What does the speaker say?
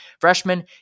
freshman